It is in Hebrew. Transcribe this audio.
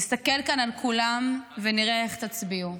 נסתכל כאן על כולם ונראה איך תצביעו.